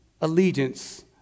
allegiance